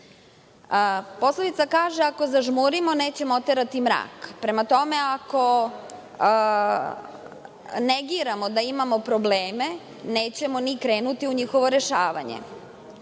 Poslovica kaže – ako zažmurimo, nećemo oterati mrak. Prema tome, ako negiramo da imamo probleme, nećemo ni krenuti u njihovo rešavanje.